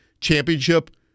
championship